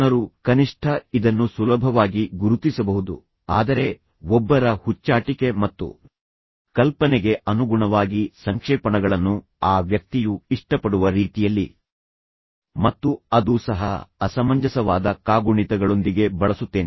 ಜನರು ಕನಿಷ್ಠ ಇದನ್ನು ಸುಲಭವಾಗಿ ಗುರುತಿಸಬಹುದು ಆದರೆ ಒಬ್ಬರ ಹುಚ್ಚಾಟಿಕೆ ಮತ್ತು ಕಲ್ಪನೆಗೆ ಅನುಗುಣವಾಗಿ ಸಂಕ್ಷೇಪಣಗಳನ್ನು ಆ ವ್ಯಕ್ತಿಯು ಇಷ್ಟಪಡುವ ರೀತಿಯಲ್ಲಿ ಮತ್ತು ಅದೂ ಸಹ ಅಸಮಂಜಸವಾದ ಕಾಗುಣಿತಗಳೊಂದಿಗೆ ಬಳಸುತ್ತೇನೆ